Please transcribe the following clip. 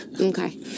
Okay